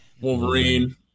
Wolverine